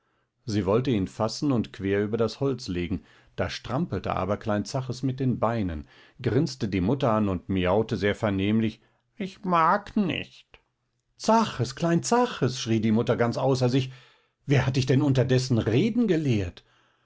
sie wollte ihn fassen und quer über das holz legen da strampelte aber klein zaches mit den beinen grinste die mutter an und miaute sehr vernehmlich ich mag nicht zaches klein zaches schrie die frau ganz außer sich wer hat dich denn unterdessen reden gelehrt